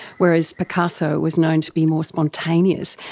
whereas picasso was known to be more spontaneous.